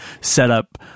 setup